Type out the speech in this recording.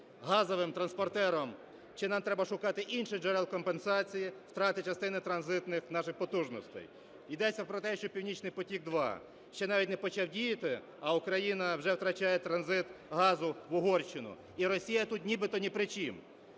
газовим транспортером, чи нам треба шукати інших джерел компенсації втрати частини транзитних наших потужностей? Йдеться про те, що "Північний потік-2" ще навіть не почав діяти, а Україна вже втрачає транзит газу в Угорщину. І Росія тут нібито ні при чому.